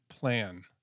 plan